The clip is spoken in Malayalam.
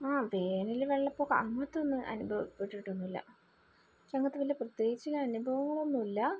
വേനൽ വെള്ളപൊക്കം അങ്ങനത്തെ ഒന്നും അനുഭവങ്ങൾ പെട്ടിട്ടൊന്നുമില്ല പക്ഷേ അങ്ങനത്തെ വലിയ പ്രേത്യേകിച്ച് അനുഭവങ്ങൾ ഒന്നുമില്ല